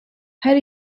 her